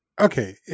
okay